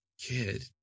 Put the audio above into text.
kid